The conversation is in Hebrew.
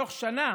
בתוך שנה